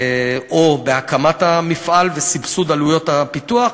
או בהקמת המפעל וסבסוד עלויות הפיתוח.